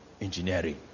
engineering